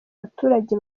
abaturage